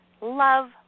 Love